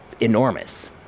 enormous